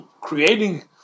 creating